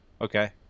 Okay